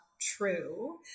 true